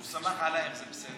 הוא סמך עלייך, זה בסדר.